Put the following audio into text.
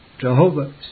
Jehovah